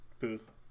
Booth